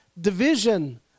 division